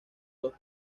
dos